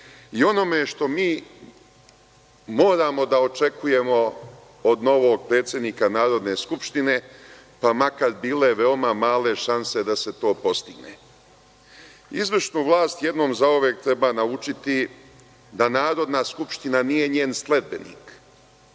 i onome što mi moramo da očekujemo od novog predsednika Narodne skupštine, pa makar bile veoma male šanse da se to postigne. Izvršnu vlast jednom zauvek treba naučiti da Narodna skupština nije njen sledbenik